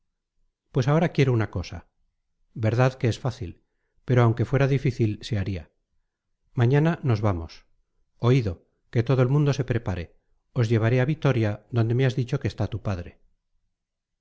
pues ahora quiero una cosa verdad que es fácil pero aunque fuera difícil se haría mañana nos vamos oído que todo el mundo se prepare os llevaré a vitoria donde me has dicho que está tu padre